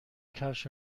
کفش